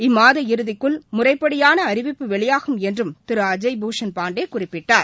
இம்மாத இறுதிக்குள் முறைப்படியான அறிவிப்பு வெளியாகும் என்றும் திரு அஜய் பூஷன் பாண்டே குறிப்பிட்டார்